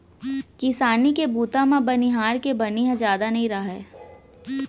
किसानी के बूता म बनिहार के बनी ह जादा नइ राहय